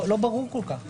לא ברור כל כך.